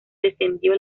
descendió